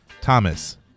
Thomas